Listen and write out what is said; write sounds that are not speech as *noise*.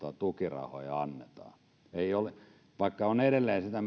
tukirahoja annetaan vaikka olen edelleen sitä *unintelligible*